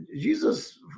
Jesus